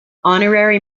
honorary